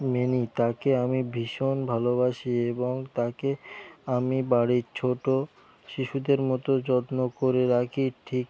many তাকে আমি ভীষণ ভালোবাসি এবং তাকে আমি বাড়ির ছোট শিশুদের মতো যত্ন করে রাখি ঠিক